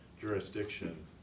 jurisdiction